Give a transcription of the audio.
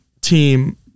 team